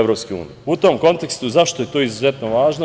U tom kontekstu, zašto je to izuzetno važno?